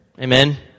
Amen